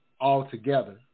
altogether